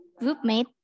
groupmate